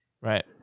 Right